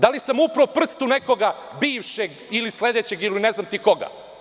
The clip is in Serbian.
Da li sam uperio prst u nekoga bivšeg ili sledećeg, ili ne znam koga?